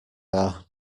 are